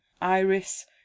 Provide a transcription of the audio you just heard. iris